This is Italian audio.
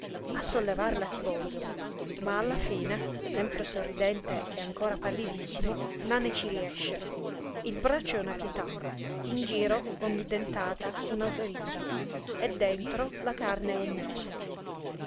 a sollevarla ti voglio ma alla fine sempre sorridente e ancora pallidissimo nane ci riesce il braccio è una pietà in giro ogni dentata una ferita e dentro la carne è nera